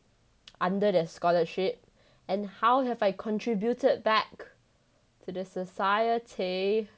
under the scholarship and how have I contributed back to the society